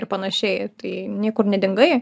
ir panašiai tai niekur nedingai